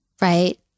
Right